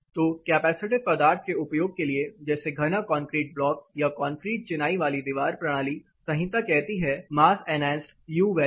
तो कैपेसिटिव पदार्थ के उपयोग के लिए जैसे घना कंक्रीट ब्लॉक या कंक्रीट चिनाई वाली दीवार प्रणाली संहिता कहती है मास एनहांसड यू वैल्यू